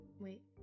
wait